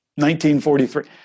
1943